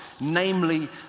namely